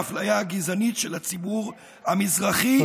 המעמדי ובאפליה הגזענית של הציבור המזרחי,